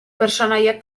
pertsonaiak